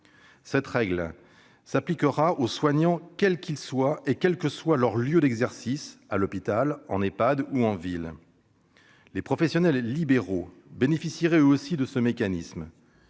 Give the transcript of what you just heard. Cette règle s'appliquera aux soignants quels qu'ils soient et « quel que soit leur lieu d'exercice, à l'hôpital, en Ehpad ou en ville ». Les professionnels libéraux bénéficieraient eux aussi de ce mécanisme.